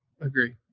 Agree